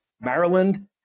Maryland